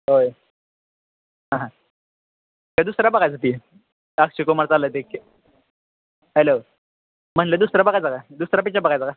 होय हां हां दुसरा बघायचं ते अक्षय कुमारच आलं आहे ते हॅलो म्हणलं दुसरा बघायचा का दुसरा पिच्चर बघायचा का